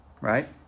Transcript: right